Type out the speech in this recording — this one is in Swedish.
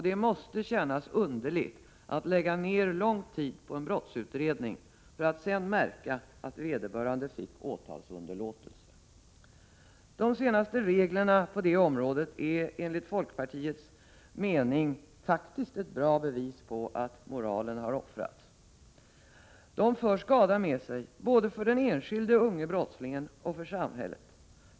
Det måste kännas underligt att lägga ner lång tid på en brottsutredning för att sedan märka att vederbörande person fick åtalsunderlåtelse. De senaste reglerna på detta område är enligt folkpartiets mening faktiskt ett bra bevis på att moralen har offrats. De för skada med sig, både för den enskilde unge brottslingen och för samhället.